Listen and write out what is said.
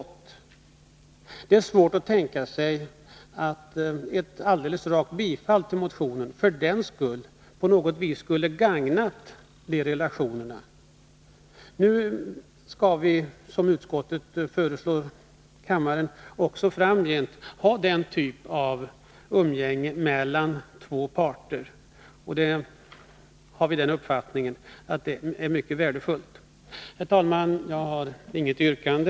Det är för den skull svårt att tänka sig att ett alldeles rakt bifall till motionen på något vis skulle ha gagnat de relationerna. Nu skall vi enligt vad utskottet föreslår kammaren också framgent ha den hittills förutsatta typen av umgänge mellan två parter, och vi har den uppfattningen att det är mycket värdefullt. Herr talman! Jag har inget yrkande.